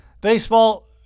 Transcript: baseball